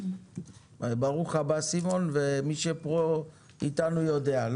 ברוך בא סימון ומה שכאן אתנו יודע.